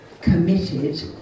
committed